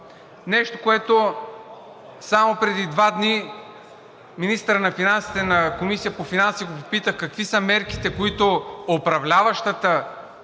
Нещо, което само преди два дни министърът на финансите в Комисията по финанси го попитах какви са мерките, които управляващата